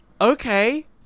okay